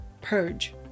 purge